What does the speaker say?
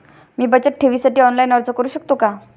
मी बचत ठेवीसाठी ऑनलाइन अर्ज करू शकतो का?